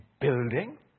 building